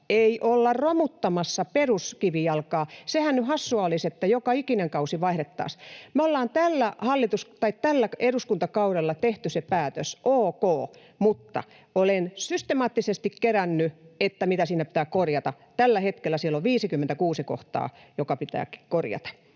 Ei olla romuttamassa peruskivijalkaa. Sehän nyt hassua olisi, että joka ikinen kausi vaihdettaisiin. Me ollaan tällä eduskuntakaudella tehty se päätös, ok, mutta olen systemaattisesti kerännyt, mitä siinä pitää korjata. Tällä hetkellä siellä on 56 kohtaa, jotka pitää korjata